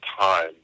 time